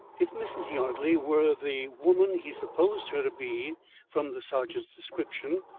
if mrs. yardley were the woman he supposed her to be from the sergeant's description,